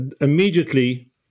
immediately